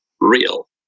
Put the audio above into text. real